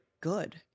good